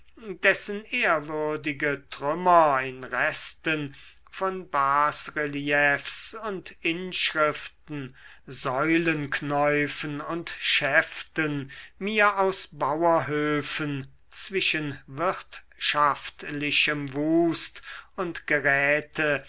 dessen ehrwürdige trümmer in resten von basreliefs und inschriften säulenknäufen und schäften mir aus bauerhöfen zwischen wirtschaftlichem wust und geräte